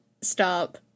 stop